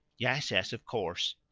yes, yes, of course.